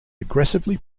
aggressively